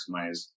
maximize